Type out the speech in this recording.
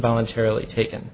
voluntarily taken